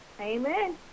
Amen